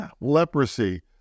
Leprosy